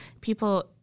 people